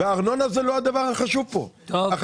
הארנונה היא לא הדבר החשוב פה; הדבר